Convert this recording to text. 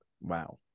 Wow